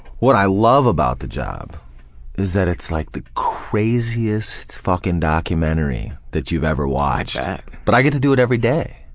what i love about the job is that it's like the craziest fucking documentary that you've ever watched but i get to do it every day,